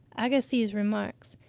agassiz remarks,